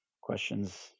questions